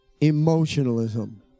emotionalism